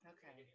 Okay